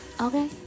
Okay